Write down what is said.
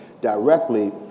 directly